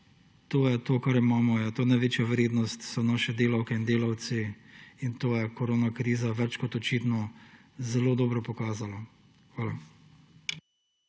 To, kar imamo, je največja vrednost, to so naše delavke in delavci, in to je korona kriza več kot očitno zelo dobro pokazala. Hvala.